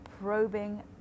probing